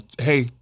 Hey